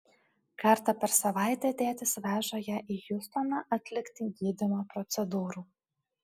kartą per savaitę tėtis veža ją į hjustoną atlikti gydymo procedūrų